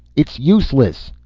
it's useless.